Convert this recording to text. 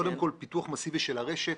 קודם כל, פיתוח מסיבי של הרשת.